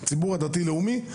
לציבור הדתי-לאומי,